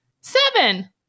seven